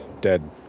dead